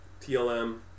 TLM